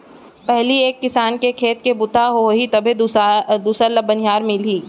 पहिली एक किसान के खेत के बूता ह होही तभे दूसर ल बनिहार मिलही